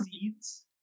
seeds